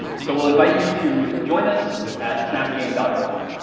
so we'll invite you to join us at snapgame org.